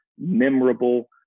memorable